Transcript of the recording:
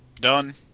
done